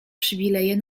przywileje